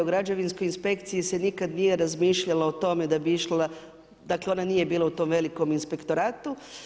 U građevinskoj inspekciji se nikada nije razmišljalo o tome da bi išla, dakle ona nije bila u tom velikom inspektoratu.